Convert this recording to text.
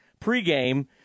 pregame